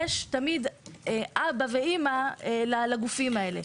יש תמיד אבא ואימא לגופים האלה.